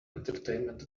entertainment